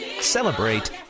celebrate